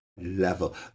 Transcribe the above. level